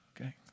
Okay